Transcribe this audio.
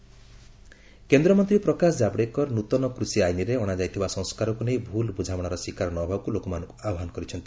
ପ୍ରକାଶ ଜାବ୍ଡେକର କେନ୍ଦ୍ରମନ୍ତ୍ରୀ ପ୍ରକାଶ ଜାବ୍ଡେକର ନୃତନ କୃଷି ଆଇନରେ ଅଣାଯାଇଥିବା ସଂସ୍କାରକୁ ନେଇ ଭୁଲ୍ ବୁଝାମଣାର ଶିକାର ନ ହେବାକୁ ଲୋକମାନଙ୍କୁ ଆହ୍ୱାନ କରିଛନ୍ତି